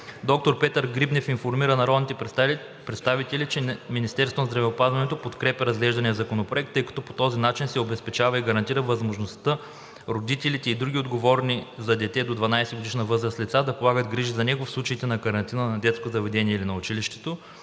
Доктор Петър Грибнев информира народните представители, че Министерството на здравеопазването подкрепя разглеждания законопроект, тъй като по този начин се обезпечава и гарантира възможността родителите и други отговорни за дете до 12-годишна възраст лица да полагат грижи за него, в случаите на карантина на детското заведение или на училището,